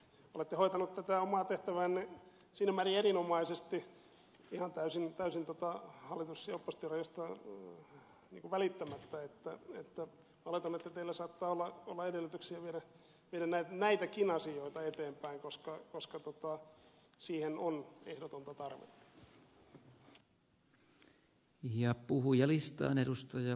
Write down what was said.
olette hoitanut omaa tehtäväänne siinä määrin erinomaisesti ihan täysin hallitus ja oppositiorajoista välittämättä että oletan että teillä saattaa olla edellytyksiä viedä näitäkin asioita eteenpäin koska siihen on ehdotonta tarvetta